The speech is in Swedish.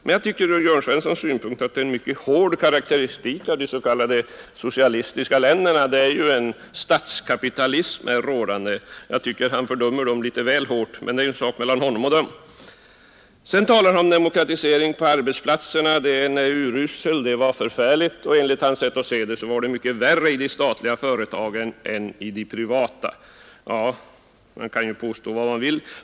Men jag tycker att detta skulle vara en från Jörn Svenssons synpunkt mycket hård karakteristik av de s.k. socialistiska länderna där man ju har ett statskapitalistiskt system. Det verkar som om han fördömer dessa länder litet väl hårt, men det är ju en sak mellan honom och dem. Jörn Svensson talar vidare om demokratiseringen på arbetsplatserna — förhållandena i detta avseende skulle vara urusla och enligt hans mening mycket värre i de statliga företagen än i de privata.